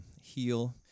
heal